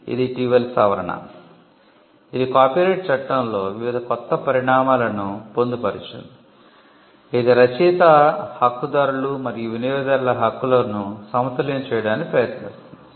ఇది ఇటీవలి సవరణ ఇది కాపీరైట్ చట్టంలో వివిధ కొత్త పరిణామాలను పొందుపరిచింది ఇది రచయిత హక్కుదారులు మరియు వినియోగదారుల హక్కులను సమతుల్యం చేయడానికి ప్రయత్నిస్తుంది